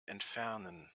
entfernen